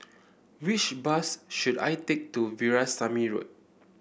which bus should I take to Veerasamy Road